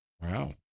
Wow